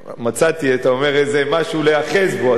מצאתי, אתה אומר, איזה משהו להיאחז בו.